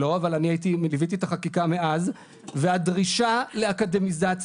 אבל אני ליוויתי את החקיקה מאז והדרישה לאקדמיזציה